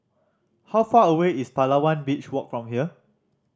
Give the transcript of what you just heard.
how far away is Palawan Beach Walk from here